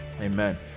Amen